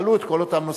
תעלו את כל אותם נושאים.